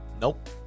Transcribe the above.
Nope